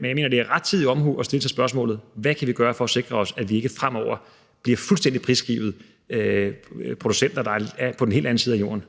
men jeg mener, det er rettidig omhu at stille spørgsmålet: Hvad kan vi gøre for at sikre os, at vi ikke fremover bliver fuldstændig prisgivet producenter, der befinder sig på den anden side af jorden? Kl. 13:25 Første næstformand (Karen Ellemann):